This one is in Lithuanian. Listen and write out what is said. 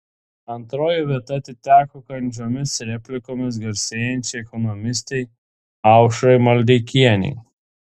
antroji vieta atiteko kandžiomis replikomis garsėjančiai ekonomistei aušrai maldeikienei